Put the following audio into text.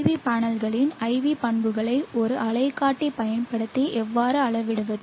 we பேனல்களின் IV பண்புகளை ஒரு அலைக்காட்டி பயன்படுத்தி எவ்வாறு அளவிடுவது